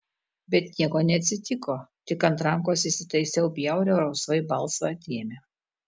bet nieko neatsitiko tik ant rankos įsitaisiau bjaurią rausvai balsvą dėmę